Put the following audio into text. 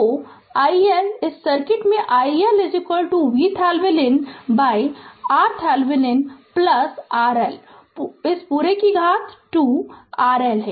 तो iL इस circuit से iL VThevenin by RThevenin RL पूरे कि घात 2 RL है